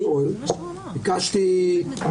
על החלטות כאלה הביקורת היא חד-כיוונית,